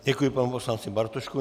Děkuji panu poslanci Bartoškovi.